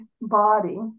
body